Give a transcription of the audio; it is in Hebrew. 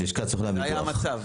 זה היה המצב.